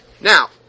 Now